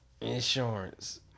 Insurance